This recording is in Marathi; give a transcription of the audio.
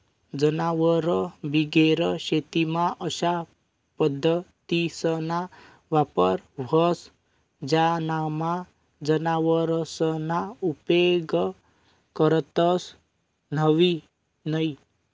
जनावरबिगेर शेतीमा अशा पद्धतीसना वापर व्हस ज्यानामा जनावरसना उपेग करतंस न्हयी